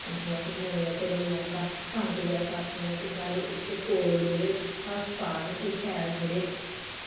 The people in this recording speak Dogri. ते उत्थुआं फिर मरे दा घरै गी आंदा तां करियै अस आक्खनै आं कि साढ़े इत्थें कोल जेह्ड़े अस्पताल न एह् शैल थोह्ड़े